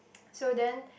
so then